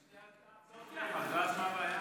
תצמידו את שתי ההצעות, ואז, מה הבעיה?